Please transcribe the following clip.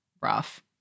rough